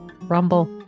Rumble